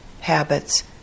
habits